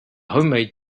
homemade